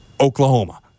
Oklahoma